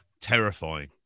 terrifying